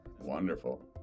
Wonderful